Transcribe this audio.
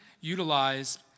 utilized